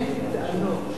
ובין פוליטיקה,